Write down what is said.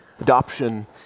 Adoption